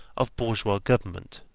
of bourgeois government.